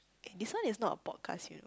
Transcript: eh this one is not a podcast